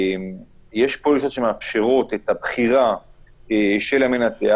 יש פוליסות שמאפשרות את הבחירה של המנתח,